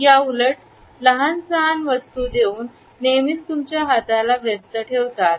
याउलट लहान लहान वस्तू देऊन नेहमीच तुमच्या हाताला व्यस्त ठेवतात